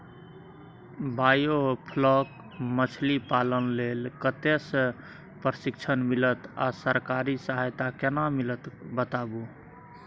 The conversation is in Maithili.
बायोफ्लॉक मछलीपालन लेल कतय स प्रशिक्षण मिलत आ सरकारी सहायता केना मिलत बताबू?